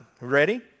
Ready